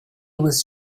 was